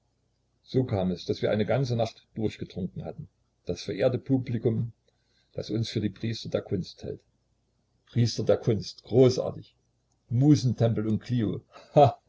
so kam es daß wir eine ganze nacht durchgetrunken hatten das verehrte publikum das uns für die priester der kunst hält priester der kunst großartig musentempel und klio